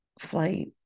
flight